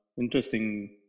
interesting